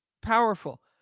Powerful